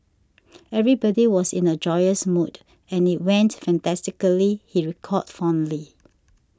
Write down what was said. everybody was in a joyous mood and it went fantastically he recalled fondly